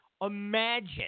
Imagine